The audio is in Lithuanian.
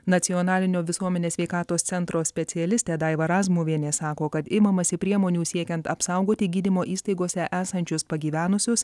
nacionalinio visuomenės sveikatos centro specialistė daiva razmuvienė sako kad imamasi priemonių siekiant apsaugoti gydymo įstaigose esančius pagyvenusius